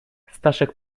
staszek